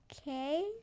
Okay